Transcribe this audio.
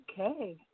Okay